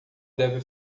deve